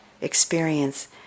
experience